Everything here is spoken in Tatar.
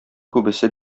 күбесе